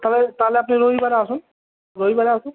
তাহলে তাহলে আপনি রবিবারে আসুন রবিবারে আসুন